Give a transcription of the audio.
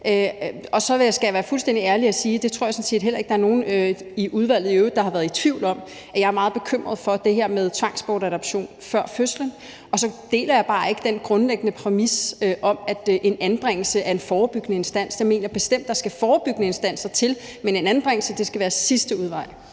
og så skal jeg være fuldstændig ærlig og sige, at jeg sådan set heller ikke tror, der er nogen i udvalget i øvrigt, der har været i tvivl om, at jeg er meget bekymret for det her med tvangsbortadoption før fødslen. Og så deler jeg bare ikke den grundlæggende præmis om, at en anbringelse er en forebyggende instans. Jeg mener bestemt, der skal forebyggende instanser til, men en anbringelse skal være sidste udvej.